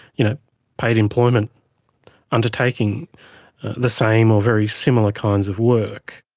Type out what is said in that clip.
you know paid employment undertaking the same or very similar kinds of work.